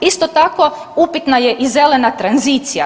Isto tako upitana je i zelena tranzicija.